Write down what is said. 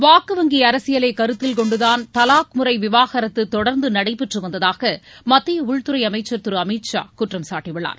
வாக்கு வங்கி அரசியலை கருத்தில் கொண்டுதான் தலாக் முறை விவாகரத்து தொடர்ந்து நடைபெற்று வந்ததாக மத்திய உள்துறை அமைச்சர் திரு அமித் ஷா குற்றம் சாட்டியுள்ளார்